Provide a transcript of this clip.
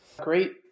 Great